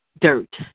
dirt